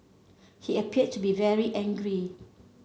he appeared to be very angry